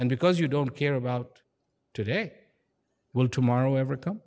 and because you don't care about today will tomorrow ever c